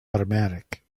automatic